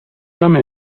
some